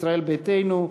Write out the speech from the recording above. ישראל ביתנו,